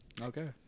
Okay